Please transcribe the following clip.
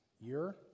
year